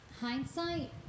hindsight